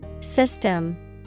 system